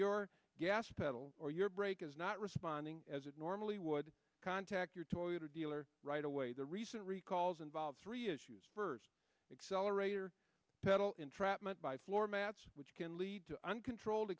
your gas pedal or your brake is not responding as it normally would contact your toyota dealer right away the recent recalls involve three issues first excel or eight or pedal entrapment by floor mats which can lead to uncontrolled